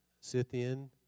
Scythian